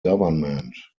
government